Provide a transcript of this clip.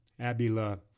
Abila